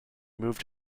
moved